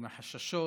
עם החששות